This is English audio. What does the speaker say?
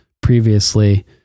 previously